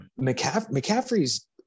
McCaffrey's